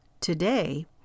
Today